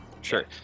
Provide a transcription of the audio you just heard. sure